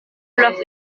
capítulos